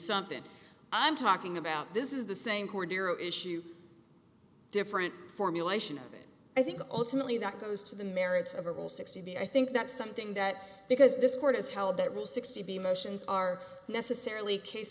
something i'm talking about this is the same chord issue different formulation of it i think ultimately that goes to the merits of a rule sixty b i think that's something that because this court has held that rule sixty b motions are necessarily case